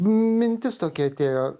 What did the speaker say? mintis tokia atėjo